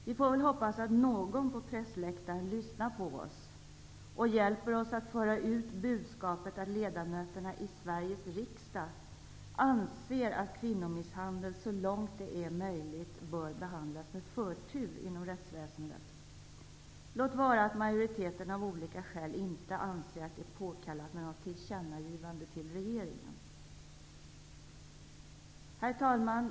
Vi får väl hoppas att någon på pressläktaren lyssnar på oss och hjälper oss att föra ut budskapet att ledamöterna i Sveriges riksdag anser att kvinnomisshandel så långt det är möjligt bör behandlas med förtur inom rättsväsendet, låt vara att majoriteten av olika skäl inte anser att det är påkallat med något tillkännagivande till regeringen. Herr talman!